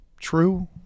true